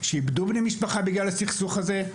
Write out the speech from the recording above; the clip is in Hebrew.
שאיבדו בני משפחה בגלל הסכסוך הזה,